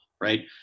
right